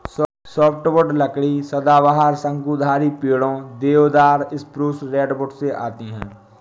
softwood लकड़ी सदाबहार, शंकुधारी पेड़ों, देवदार, स्प्रूस, रेडवुड से आती है